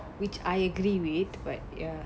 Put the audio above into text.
which I agree with but ya